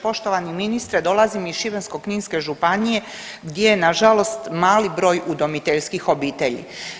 Poštovani ministre, dolazim iz Šibensko-kninske županije gdje je nažalost mali broj udomiteljskih obitelji.